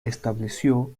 estableció